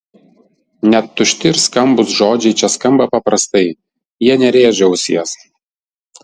net tušti ir skambūs žodžiai čia skamba paprastai jie nerėžia ausies